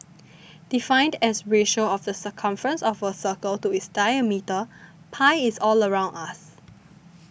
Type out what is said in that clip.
defined as ratio of the circumference of a circle to its diameter pi is all around us